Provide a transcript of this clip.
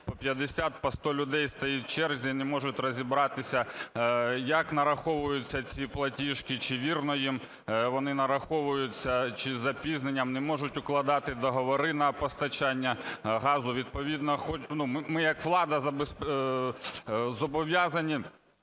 по 100 людей стоять в черзі і не можуть розібратися, як нараховуються ці платіжки, чи вірно їм вони нараховуються, чи із запізненням, не можуть укладати договори на постачання газу. Відповідно ми як влада зобов'язані